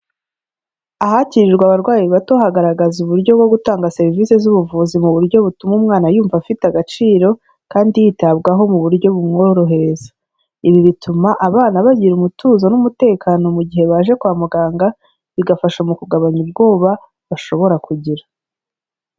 Ahakirirwa abarwayi bato hagaragaza uburyo bwo gutanga serivisi z'ubuvuzi mu buryo butuma umwana yumva afite agaciro, kandi yitabwaho mu buryo bumworohereza, ibi bituma abana bagira umutuzo n'umutekano mu gihe baje kwa muganga, bigafasha mu kugabanya ubwoba bashobora kugira.